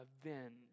avenge